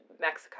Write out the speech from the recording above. mexico